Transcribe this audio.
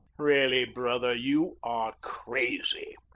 really, brother, you are crazy,